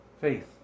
Faith